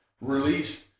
released